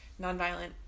nonviolent